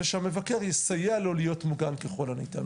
ושהמבקר יסייע לו להיות מוגן ככל הניתן.